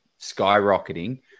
skyrocketing